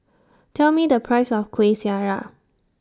Tell Me The Price of Kuih Syara